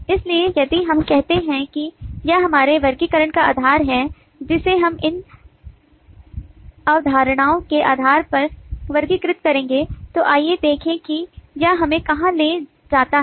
इसलिए यदि हम कहते हैं कि यह हमारे वर्गीकरण का आधार है जिसे हम इन अवधारणाओं के आधार पर वर्गीकृत करेंगे तो आइए देखें कि यह हमें कहां ले जाता है